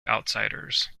outsiders